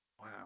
Wow